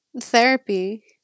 therapy